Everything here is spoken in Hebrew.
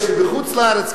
שבחוץ-לארץ,